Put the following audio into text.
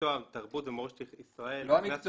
המקצוע תרבות ומורשת ישראל נכנס